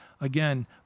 again